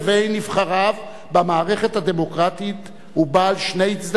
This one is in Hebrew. נבחריו במערכת הדמוקרטית הוא בעל שני צדדים.